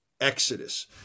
Exodus